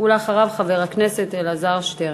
ואחריו, חבר הכנסת אלעזר שטרן.